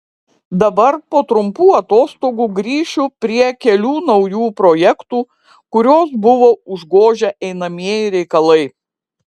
dabar po trumpų atostogų grįšiu prie kelių naujų projektų kuriuos buvo užgožę einamieji reikalai